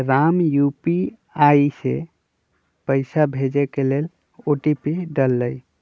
Ram UPI से पइसा भेजे के लेल ओ.टी.पी डाललई